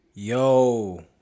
Yo